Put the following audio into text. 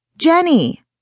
Jenny